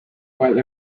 while